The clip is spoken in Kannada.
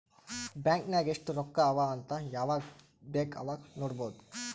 ಬ್ಯಾಂಕ್ ನಾಗ್ ಎಸ್ಟ್ ರೊಕ್ಕಾ ಅವಾ ಅಂತ್ ಯವಾಗ ಬೇಕ್ ಅವಾಗ ನೋಡಬೋದ್